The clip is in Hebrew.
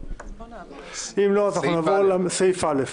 א' בסדר-היום: